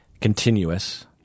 Continuous